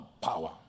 power